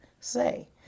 say